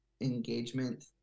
engagement